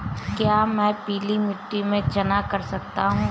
क्या मैं पीली मिट्टी में चना कर सकता हूँ?